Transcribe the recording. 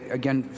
again